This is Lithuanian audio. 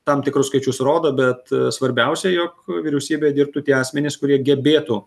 tam tikrus skaičius rodo bet svarbiausia jog vyriausybėje dirbtų tie asmenys kurie gebėtų